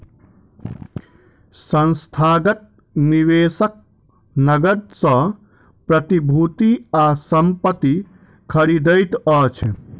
संस्थागत निवेशक नकद सॅ प्रतिभूति आ संपत्ति खरीदैत अछि